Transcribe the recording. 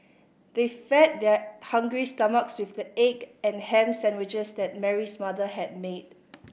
they fed their hungry stomachs with the egg and ham sandwiches that Mary's mother had made